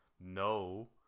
no